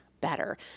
better